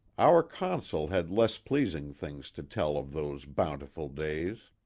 our consul had less pleasing things to tell of those bountiful days.